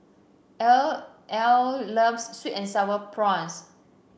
Ell Ell loves sweet and sour prawns